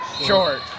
Short